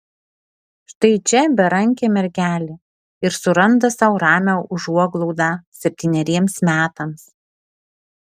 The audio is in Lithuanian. štai čia berankė mergelė ir suranda sau ramią užuoglaudą septyneriems metams